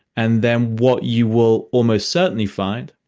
and then what you will almost certainly find